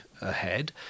ahead